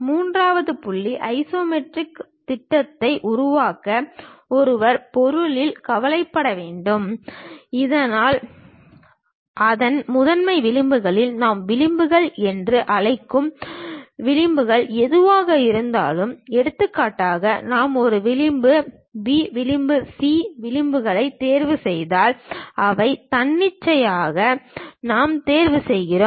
மூன்றாவது புள்ளி ஐசோமெட்ரிக் திட்டத்தை உருவாக்க ஒருவர் பொருளில் கவலைப்பட வேண்டும் இதனால் அதன் முதன்மை விளிம்புகள் நாம் விளிம்புகள் என்று அழைக்கும் விளிம்புகள் எதுவாக இருந்தாலும் எடுத்துக்காட்டாக நான் ஒரு விளிம்பு பி விளிம்பு சி விளிம்பைத் தேர்வுசெய்தால் இவை தன்னிச்சையாக நான் தேர்வு செய்கிறேன்